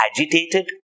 agitated